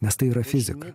nes tai yra fizika